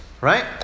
right